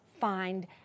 find